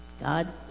God